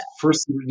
first